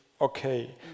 okay